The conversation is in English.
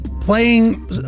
playing